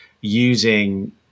using